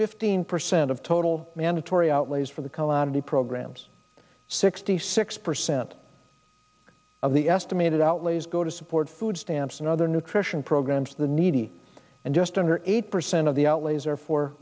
fifteen percent of total mandatory outlays for the colony programs sixty six percent of the estimated outlays go to support food stamps and other nutrition programs for the needy and just under eight percent of the outlays are for